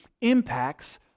impacts